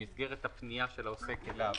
במסגרת הפניה של העוסק אליו,